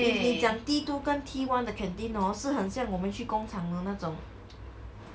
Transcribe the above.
你你讲 T two 跟 T one 的 canteen hor 是很像我们去工厂的那种